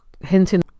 hinting